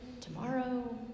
tomorrow